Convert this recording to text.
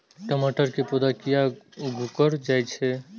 टमाटर के पौधा किया घुकर जायछे?